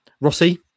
Rossi